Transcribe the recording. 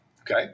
Okay